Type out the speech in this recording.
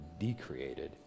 decreated